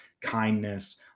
kindness